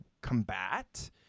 combat